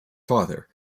father